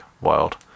wild